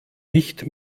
nicht